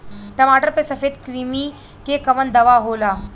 टमाटर पे सफेद क्रीमी के कवन दवा होला?